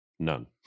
none